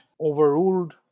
overruled